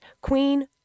queen